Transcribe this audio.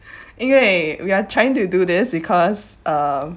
因为 we are trying to do this because uh